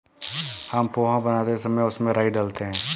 हम पोहा बनाते समय उसमें राई डालते हैं